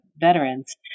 veterans